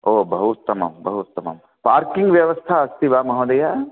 ओ बहु उत्तमं बहु उत्तमं पार्किङ् व्यवस्था अस्ति वा महोदय